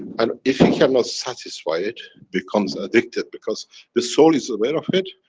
and if he cannot satisfy it, becomes addicted, because the soul is aware of it,